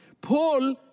Paul